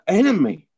enemy